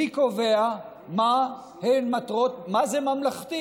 מי קובע מה זה ממלכתי?